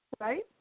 right